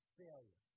failure